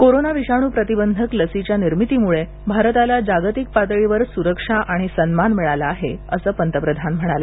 corona विषाणू प्रतिबंधक लसीच्या निर्मितीमुळे भारताला जागतिक पातळीवर सुरक्षा आणि सन्मान मिळाला आहे असं पंतप्रधान म्हणाले